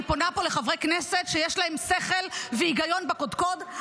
אני פונה פה לחברי כנסת שיש להם שכל והיגיון בקודקוד,